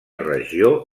regió